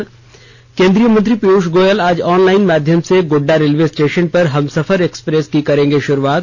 ने केंद्रीय मंत्री पीयूष गोयल आज ऑनलाइन माध्यम से गोड्डा रेलवे स्टेशन पर हमसफर एक्सप्रेस की करेंगे शुरुआत